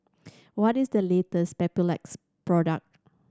what is the latest Papulex product